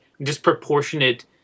disproportionate